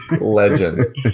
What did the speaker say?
Legend